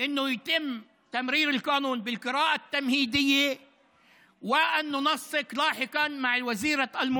שהחוק יעבור בקריאה טרומית ולאחר מכן אני אתאם